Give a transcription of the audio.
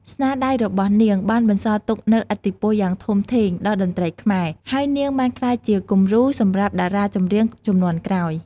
ស្នាដៃរបស់នាងបានបន្សល់ទុកនូវឥទ្ធិពលយ៉ាងធំធេងដល់តន្ត្រីខ្មែរ ហើយនាងបានក្លាយជាគំរូសម្រាប់តារាចម្រៀងជំនាន់ក្រោយ។